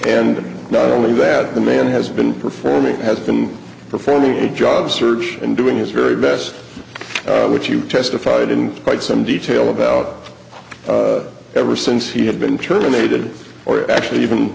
and not only that the man has been performing has been performing the job search and doing his very best which you testified in quite some detail about ever since he had been terminated or actually even